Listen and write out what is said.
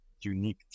unique